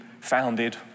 founded